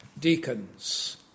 deacons